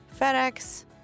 FedEx